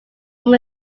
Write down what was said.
from